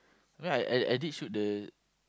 I mean I I I did shoot the